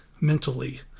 mentally